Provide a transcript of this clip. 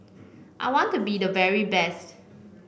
I want to be the very best